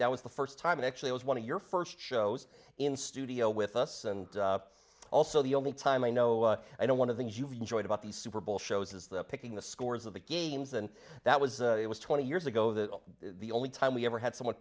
that was the first time actually it was one of your first shows in studio with us and also the only time i know i know one of things you've enjoyed about these super bowl shows is the picking the scores of the games and that was it was twenty years ago that the only time we ever had some